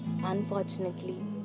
unfortunately